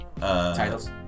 titles